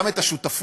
וגם את השותפות